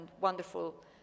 wonderful